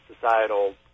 societal